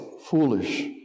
foolish